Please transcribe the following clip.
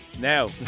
Now